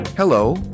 Hello